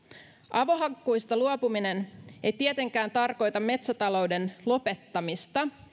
avohakkuista luopuminen ei tietenkään tarkoita metsätalouden lopettamista